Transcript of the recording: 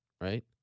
right